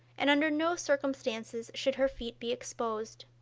and under no circumstances should her feet be exposed.